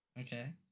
Okay